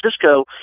Francisco